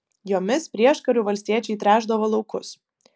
jomis prieškariu valstiečiai tręšdavo laukus